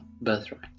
birthright